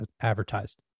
advertised